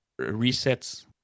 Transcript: resets